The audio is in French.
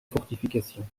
fortifications